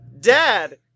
Dad